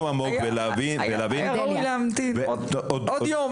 רק היה ראוי להמתין עוד יום,